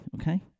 okay